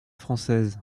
française